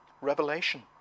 revelation